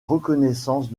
reconnaissance